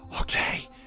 Okay